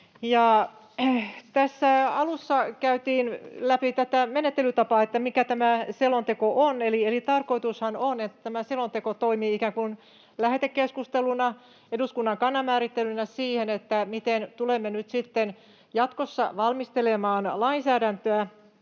Tässä alussa käytiin läpi tätä menettelytapaa, mikä tämä selonteko on. Eli tarkoitushan on, että tämä selonteko toimii ikään kuin lähetekeskusteluna, eduskunnan kannan määrittelynä siihen, miten tulemme jatkossa valmistelemaan lainsäädäntöä,